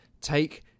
take